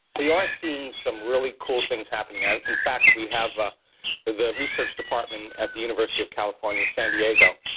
we are seeing some really cool things happening. and in in fact, we have ah the research department at the university of california, san diego,